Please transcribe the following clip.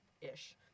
ish